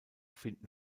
finden